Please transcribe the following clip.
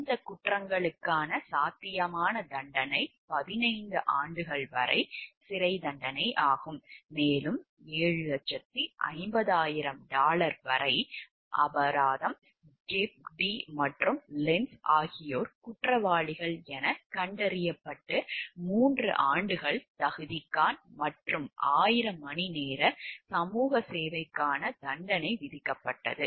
இந்தக் குற்றங்களுக்கான சாத்தியமான தண்டனை 15 ஆண்டுகள் வரை சிறைத்தண்டனையாகும் மேலும் 750000 டாலர் வரை அபராதம் Gepp Dee மற்றும் Lentz ஆகியோர் குற்றவாளிகள் எனக் கண்டறியப்பட்டு 3 ஆண்டுகள் தகுதிகாண் மற்றும் 1000 மணிநேர சமூக சேவைக்கான தண்டனை விதிக்கப்பட்டது